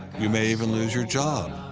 you may even lose your job.